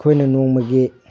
ꯑꯩꯈꯣꯏꯅ ꯅꯣꯡꯃꯒꯤ